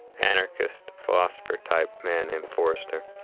anarchist, philosopher-type man named forester,